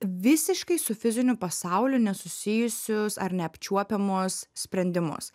visiškai su fiziniu pasauliu nesusijusius ar neapčiuopiamus sprendimus